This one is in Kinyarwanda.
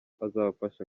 azabafasha